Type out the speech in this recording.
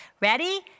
Ready